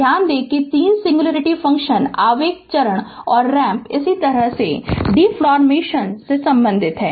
ध्यान दें कि 3 सिंग्लुरिटी फ़ंक्शन आवेग चरण और रैंप इसी तरह डीफ्फरेसीएनशन से संबंधित हैं